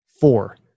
Four